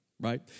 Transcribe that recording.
right